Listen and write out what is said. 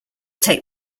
take